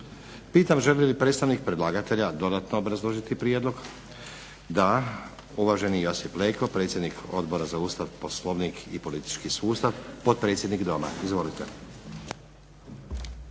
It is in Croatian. Pitam želi li predstavnik predlagatelja dodatno obrazložiti prijedlog? Da. Uvaženi Josip Leko, predsjednik Odbora za Ustav, Poslovnik i politički sustav, potpredsjednik Doma. Izvolite.